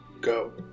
Go